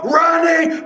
running